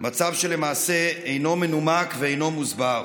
שלמעשה אינו מנומק ואינו מוסבר,